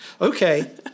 Okay